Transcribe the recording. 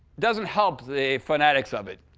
doesn't help the phonetics of it.